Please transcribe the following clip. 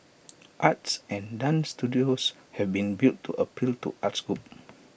arts and dance studios have been built to appeal to arts groups